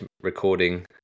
recording